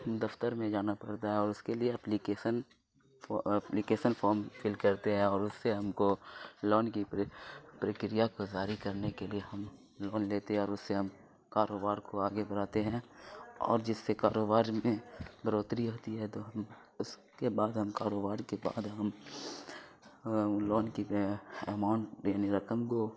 دفتر میں جانا پڑتا ہے اور اس کے لیے اپلیکیسن اپلیکیسن فارم فل کرتے ہیں اور اس سے ہم کو لون کی پرکریا کو جاری کرنے کے لیے ہم لون لیتے ہیں اور اس سے ہم کاروبار کو آگے بڑھاتے ہیں اور جس سے کاروبار میں بڑھوتری ہوتی ہے تو ہم اس کے بعد ہم کاروبار کے بعد ہم لون کی اماؤنٹ یعنی رقم کو